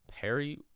Perry